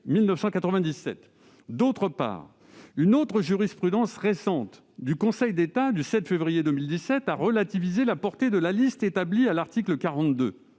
1997. D'autre part, une autre décision, plus récente, du Conseil d'État- elle date du 7 février 2017 -a relativisé la portée de la liste établie à l'article 42